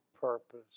purpose